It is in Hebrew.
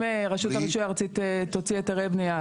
אם רשות הרישוי הארצית תוציא היתרי בנייה,